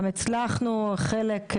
גם הצלחנו חלק,